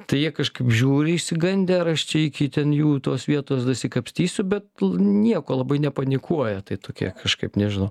tai jie kažkaip žiūri išsigandę ar aš čia iki ten jų tos vietos dasikapstysiu bet nieko labai nepanikuoja tai tokie kažkaip nežinau